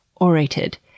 orated